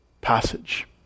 passage